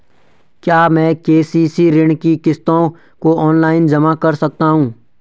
क्या मैं के.सी.सी ऋण की किश्तों को ऑनलाइन जमा कर सकता हूँ?